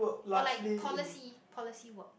or like policy policy work